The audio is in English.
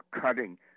cutting